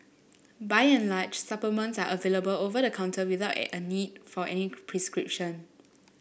by and large supplements are available over the counter without at a need for any prescription